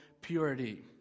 purity